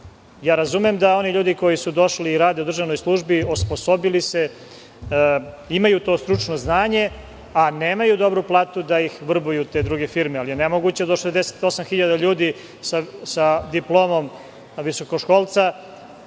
Razumem da oni ljudi koji su došli i rade u državnoj službi, osposobili se, imaju to stručno znanje, a nemaju dobru platu, da ih vrbuju te druge firme, ali je nemoguće da 68 hiljada ljudi sa diplomom visokoškolca